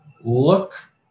look